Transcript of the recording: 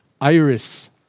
iris